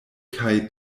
kaj